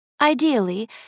Ideally